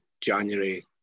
January